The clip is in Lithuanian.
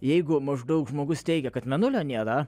jeigu maždaug žmogus teigia kad mėnulio nėra